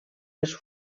les